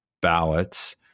ballots